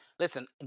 Listen